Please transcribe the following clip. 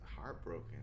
heartbroken